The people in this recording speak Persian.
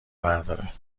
برداره